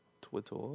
Twitter